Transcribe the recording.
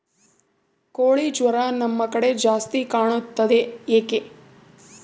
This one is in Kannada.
ಕೋಳಿ ಜ್ವರ ನಮ್ಮ ಕಡೆ ಜಾಸ್ತಿ ಕಾಣುತ್ತದೆ ಏಕೆ?